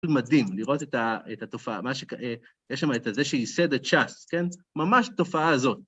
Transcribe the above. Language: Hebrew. מדהים לראות את התופעה, מה ש... יש שם את הזה שיסד את ש"ס, כן, ממש תופעה הזאת.